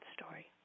story